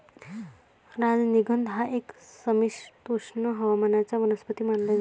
राजनिगंध हा एक समशीतोष्ण हवामानाचा वनस्पती मानला जातो